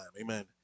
Amen